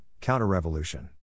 counter-revolution